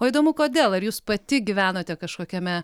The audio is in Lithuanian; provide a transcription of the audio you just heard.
o įdomu kodėl ar jūs pati gyvenote kažkokiame